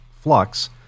flux